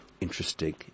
interesting